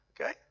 Okay